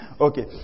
Okay